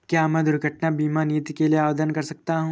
क्या मैं दुर्घटना बीमा नीति के लिए आवेदन कर सकता हूँ?